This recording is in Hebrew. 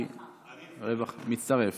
הרווחה.